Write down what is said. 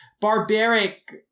barbaric